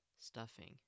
stuffing